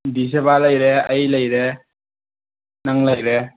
ꯗꯤꯆꯦꯕ ꯂꯩꯔꯦ ꯑꯩ ꯂꯩꯔꯦ ꯅꯪ ꯂꯩꯔꯦ